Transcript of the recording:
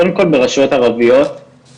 קודם כל ברשויות ערביות,